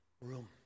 room